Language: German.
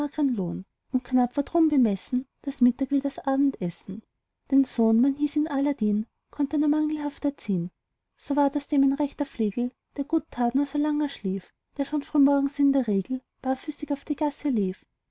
und knapp war drum bei ihm bemessen das mittag wie das abendessen den sohn man hieß ihn aladdin konnt er nur mangelhaft erziehn so ward aus dem ein rechter flegel der gut tat nur solang er schlief der schon frühmorgens in der regel barfüßig auf die gasse lief